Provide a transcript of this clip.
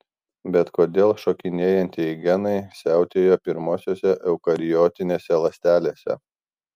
bet kodėl šokinėjantieji genai siautėjo pirmosiose eukariotinėse ląstelėse